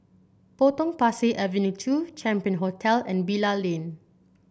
Potong Pasir Avenue two Champion Hotel and Bilal Lane